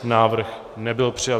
Návrh nebyl přijat.